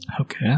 Okay